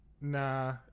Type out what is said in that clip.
Nah